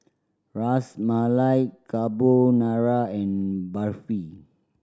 Ras Malai Carbonara and Barfi